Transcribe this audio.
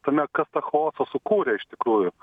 tame kas tą chaosą sukūrė iš tikrųjų